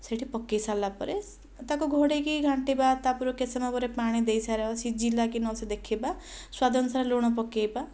ସେ'ଠି ପକାଇସାରିଲା ପରେ ତା'କୁ ଘୋଡ଼େଇକି ଘାଣ୍ଟିବା ତାପରେ କେତେ ସମୟ ପରେ ପାଣି ଦେଇସାରିବା ସିଝିଲା କି ନା ଦେଖିବା ସ୍ୱାଦ ଅନୁସାରେ ଲୁଣ ପକେଇବା